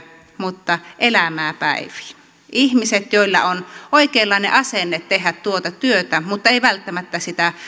mutta elämää päiviin tämän muutoksen myötä saamme ne ihmiset joilla on oikeanlainen asenne tehdä tuota työtä mutta ei välttämättä sitä